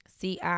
CI